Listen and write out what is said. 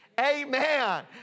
amen